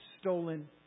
stolen